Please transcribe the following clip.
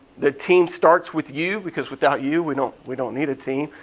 the team starts with you because without you we don't we don't need a team.